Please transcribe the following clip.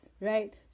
right